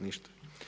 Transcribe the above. Ništa.